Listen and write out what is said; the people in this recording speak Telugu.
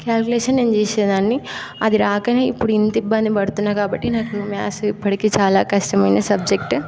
క్యాలిక్యులేషన్ నేను చేసేదాన్ని అది రాకనే ఇప్పుడు ఇంత ఇబ్బంది పడుతున్నాను కాబట్టి నాకు మ్యాథ్స్ ఇప్పటికీ చాలా కష్టమైన సబ్జెక్ట్